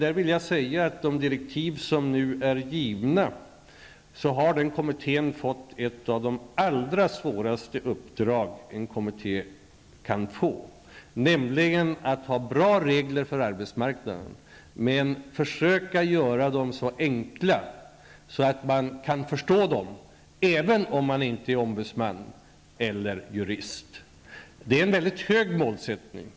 Enligt de direktiv som nu är givna har kommittén fått ett av de allra svåraste uppdrag en kommitté kan få, nämligen att åstadkomma bra regler för arbetsmarknaden men försöka göra dem så enkla att man kan förstå dem utan att vara ombudsman eller jurist. Det är en mycket hög målsättning.